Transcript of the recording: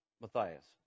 Matthias